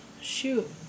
Shoot